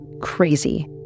Crazy